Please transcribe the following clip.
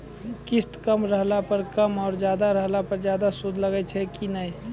किस्त कम रहला पर कम और ज्यादा रहला पर ज्यादा सूद लागै छै कि नैय?